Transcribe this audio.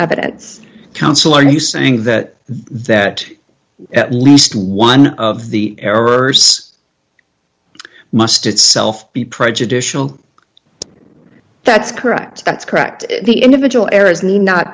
evidence counsel are you saying that that at least one of the errors must itself be prejudicial that's correct that's correct the individual